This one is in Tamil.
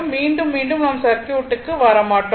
மீண்டும் மீண்டும் நாம் சர்க்யூட்டுக்கு வரமாட்டோம்